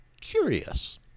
curious